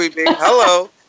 Hello